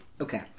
Okay